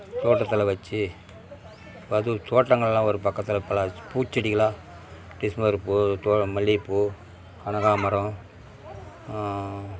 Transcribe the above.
தோட்டத்தில் வச்சி அது தோட்டங்கள்லாம் ஒரு பக்கத்தில் பல பூச்செடிகலாளாம் டிசம்பர் பூ தோ மல்லிகைப்பூ கனகாம்பரம்